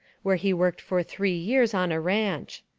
where he worked for three years on a ranch.